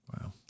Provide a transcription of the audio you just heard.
Wow